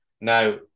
Now